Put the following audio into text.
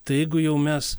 tai jeigu jau mes